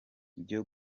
byo